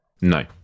No